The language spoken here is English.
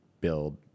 build